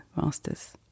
masters